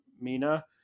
mina